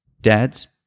dads